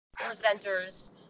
presenters